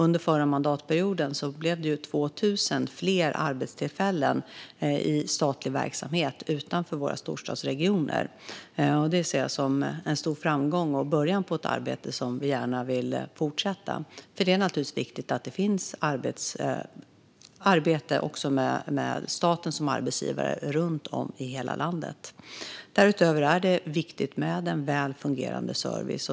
Under förra mandatperioden blev det 2 000 fler arbetstillfällen i statlig verksamhet utanför våra storstadsregioner. Det ser jag som en stor framgång och början på ett arbete som vi gärna vill fortsätta, för det är naturligtvis viktigt att det finns arbete även med staten som arbetsgivare runt om i hela landet. Därutöver är det viktigt med en väl fungerande service.